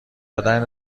دادن